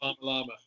Llama